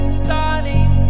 starting